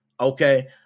Okay